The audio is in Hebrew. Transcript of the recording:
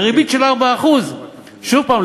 בריבית של 4%. שוב הפעם,